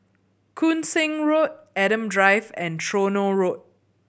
Koon Seng Road Adam Drive and Tronoh Road